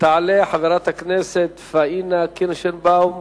תעלה חברת הכנסת פניה קירשנבאום.